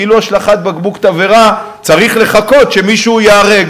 כאילו בהשלכת בקבוק תבערה צריך לחכות שמישהו ייהרג,